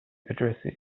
addresses